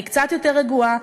אני קצת יותר רגועה,